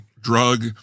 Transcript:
drug